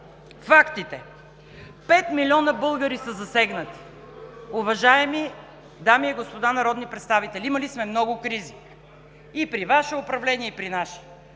Фактите: пет милиона българи са засегнати. Уважаеми дами и господа народни представители, имали сме много кризи – и при Ваше управление, и при наше.